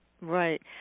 right